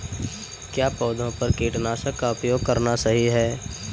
क्या पौधों पर कीटनाशक का उपयोग करना सही है?